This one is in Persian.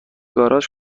گاراژ